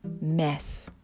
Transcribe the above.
mess